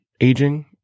aging